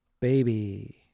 baby